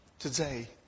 today